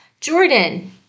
Jordan